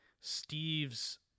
Steve's